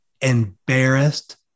embarrassed